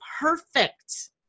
perfect